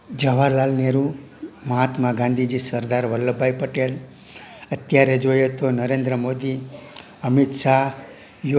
જવાહરલાલ નહેરુ મહાત્મા ગાંધીજી સરદાર વલ્લભભાઈ પટેલ અત્યારે જોઈએ તો નરેન્દ્ર મોદી અમિત શાહ યો